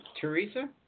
Teresa